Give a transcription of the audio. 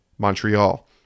Montreal